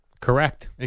Correct